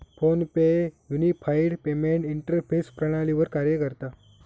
phone पे unified payment interface प्रणालीवर कार्य करता